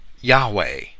Yahweh